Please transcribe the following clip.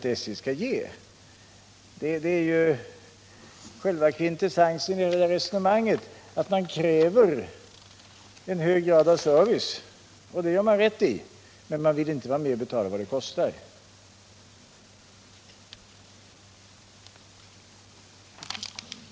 Kvintessensen i själva resonemanget ligger i att man kräver en hög grad av service — och det gör man rätt i — men man vill inte vara med att betala vad det kostar.